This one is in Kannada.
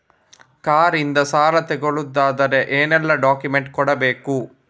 ಕಾರ್ ಇಂದ ಸಾಲ ತಗೊಳುದಾದ್ರೆ ಏನೆಲ್ಲ ಡಾಕ್ಯುಮೆಂಟ್ಸ್ ಕೊಡ್ಬೇಕು?